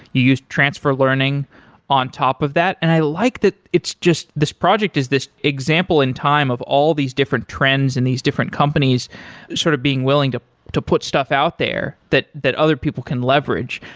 you use transfer learning on top of that, and i like that it's just this project is this example in time of all these different trends in these different companies sort of being willing to to put stuff out there that that other people can leverage.